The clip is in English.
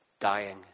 dying